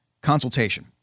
consultation